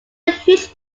huge